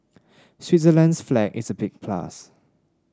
Switzerland's flag is a big plus